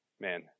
Man